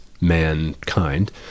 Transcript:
mankind